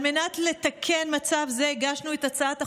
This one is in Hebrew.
על מנת לתקן מצב זה הגשנו את הצעת החוק,